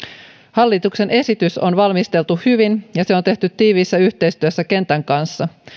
hallituksen esitys on valmisteltu hyvin ja se on tehty tiiviissä yhteistyössä kentän kanssa